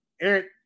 Eric